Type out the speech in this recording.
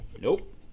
nope